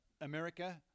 America